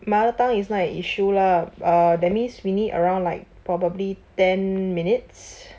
mother tongue is not an issue lah uh that means we need around like probably ten minutes